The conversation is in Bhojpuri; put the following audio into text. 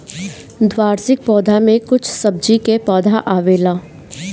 द्विवार्षिक पौधा में कुछ सब्जी के पौधा आवेला